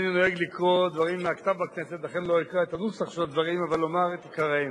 ואם זה יקרה,